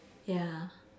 ya